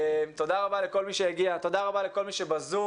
תודה רבה לכל מי שהגיע, תודה רבה לכל מי שבזום.